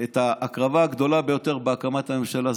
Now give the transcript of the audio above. את ההקרבה הגדולה ביותר בהקמת הממשלה,